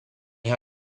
ha